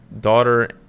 daughter